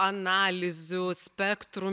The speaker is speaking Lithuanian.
analizių spektrų